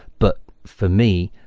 but for me,